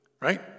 Right